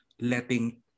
letting